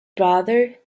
brother